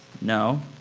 No